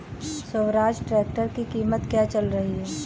Swaraj tractor की कीमत क्या चल रही है?